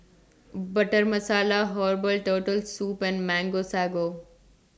Butter Masala Herbal Turtle Soup and Mango Sago